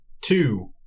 two